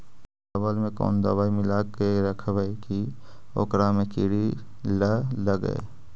चावल में कोन दबाइ मिला के रखबै कि ओकरा में किड़ी ल लगे?